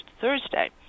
Thursday